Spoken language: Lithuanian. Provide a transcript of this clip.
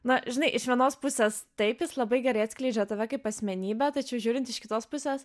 na žinai iš vienos pusės taip jis labai gerai atskleidžia tave kaip asmenybę tačiau žiūrint iš kitos pusės